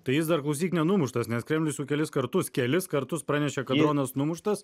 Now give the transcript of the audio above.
tai jis dar klausyk nenumuštas nes kremlius jau kelis kartus kelis kartus pranešė kad dronas numuštas